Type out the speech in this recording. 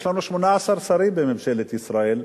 יש לנו 18 שרים בממשלת ישראל,